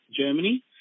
Germany